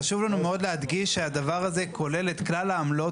חשוב לנו מאוד להדגיש שהדבר הזה כולל את כלל העמלות